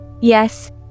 yes